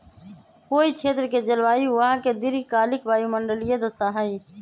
कोई क्षेत्र के जलवायु वहां के दीर्घकालिक वायुमंडलीय दशा हई